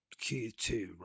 Q2